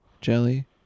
jelly